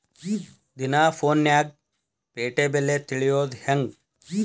ದಿನಾ ಫೋನ್ಯಾಗ್ ಪೇಟೆ ಬೆಲೆ ತಿಳಿಯೋದ್ ಹೆಂಗ್?